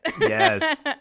Yes